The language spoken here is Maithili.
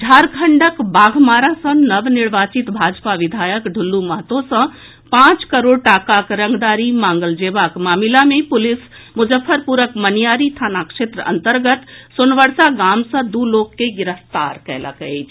झारखंडक बाघमारा सँ नवनिर्वाचित भाजपा विधायक ढूल्लू महतो सँ पांच करोड़ टाकाक रंगदारी मांगल जेबाक मामिला मे पुलिस मुजफ्फरपुरक मनियारी थाना क्षेत्र अंतर्गत सोनवर्षा गाम सँ दू लोक के गिरफ्तार कयलक अछि